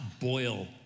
boil